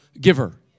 giver